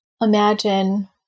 imagine